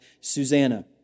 Susanna